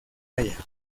haya